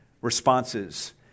responses